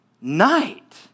night